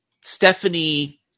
Stephanie